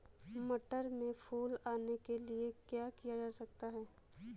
मटर में फूल आने के लिए क्या किया जा सकता है?